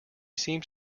seems